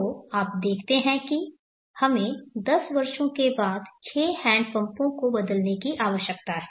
तो आप देखते हैं कि हमें 10 वर्षों के बाद 6 हैंडपंपों को बदलने की आवश्यकता है